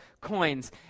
coins